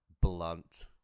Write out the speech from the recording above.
blunt